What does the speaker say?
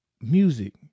music